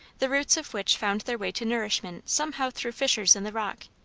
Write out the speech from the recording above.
the roots of which found their way to nourishment somehow through fissures in the rock.